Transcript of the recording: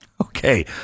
Okay